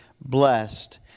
blessed